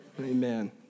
Amen